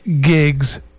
gigs